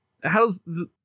how's